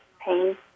pain